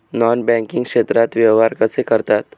Non banking क्षेत्रात व्यवहार कसे करतात?